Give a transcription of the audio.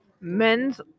men's